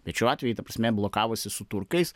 bet šiuo atveju ta prasme blokavosi su turkais